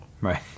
Right